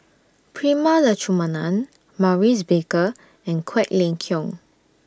Prema Letchumanan Maurice Baker and Quek Ling Kiong